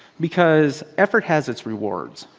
because effort has its rewards.